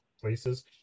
places